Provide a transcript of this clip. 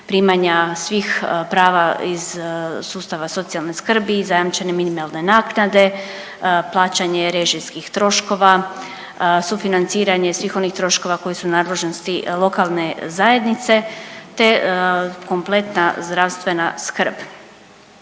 primanja svih prava iz sustava socijalne skrbi i zajamčene minimalne naknade, plaćanje režijskih troškova, sufinanciranje svih onih troškova koji su u nadležnosti lokalne zajednice, te kompletna zdravstvena skrb.